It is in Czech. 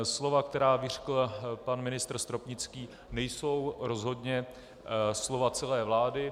Slova, která vyřkl pan ministr Stropnický, nejsou rozhodně slova celé vlády.